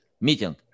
meeting